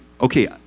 okay